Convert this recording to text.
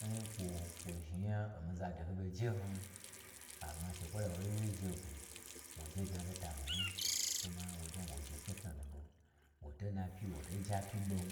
N-n kwo, kwo zhni nya, omii zado ɓo jein, amma shekwo la wo wyewyei je gwo, woje dna lo n tan yi, kwume wo dna wo zhni tnutnu nu ɓo, wo to na pyi-i, wo to je apyi ɓon